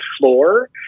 floor